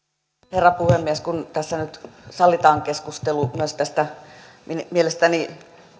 herra puhemies kun tässä nyt sallitaan keskustelu myös tästä mielestäni